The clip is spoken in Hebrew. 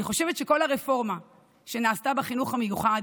אני חושבת שכל הרפורמה שנעשתה בחינוך המיוחד,